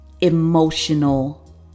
emotional